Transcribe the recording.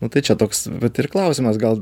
nu tai čia toks vat ir klausimas gal